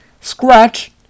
Scratch